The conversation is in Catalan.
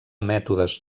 mètodes